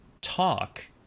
talk